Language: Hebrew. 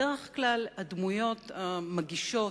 בדרך כלל הדמויות המגישות,